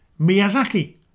Miyazaki